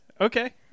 okay